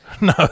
No